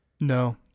No